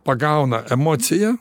pagauna emocija